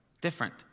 different